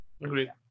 Agreed